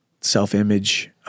self-image